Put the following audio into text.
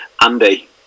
Andy